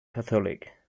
catholic